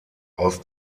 aus